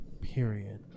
period